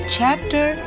Chapter